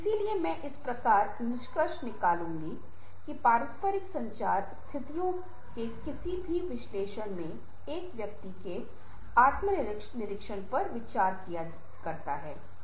इसलिए मैं इस प्रकार निष्कर्ष निकालना चाहूंगा कि पारस्परिक संचार स्थितियों के किसी भी विश्लेषण में एक व्यक्ति के आत्मनिरीक्षण पर विचार किया जाना चाहिए